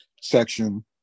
section